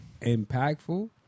impactful